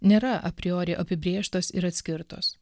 nėra a priori apibrėžtos ir atskirtos